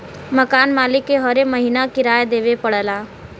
मकान मालिक के हरे महीना किराया देवे पड़ऽला